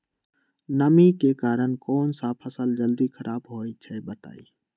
नमी के कारन कौन स फसल जल्दी खराब होई छई बताई?